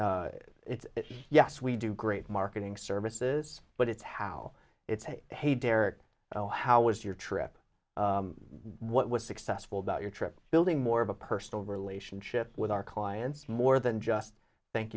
it's yes we do great marketing services but it's how it's hey hey derrick oh how is your trip what was successful about your trip building more of a personal relationship with our clients more than just thank